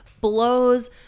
Blows